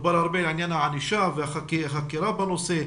דובר הרבה על עניין הענישה והחקירה בנושא.